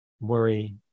worry